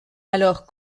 alors